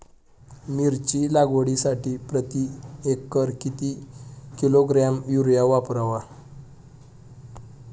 मिरची लागवडीसाठी प्रति एकर किती किलोग्रॅम युरिया वापरावा?